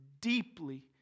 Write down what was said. deeply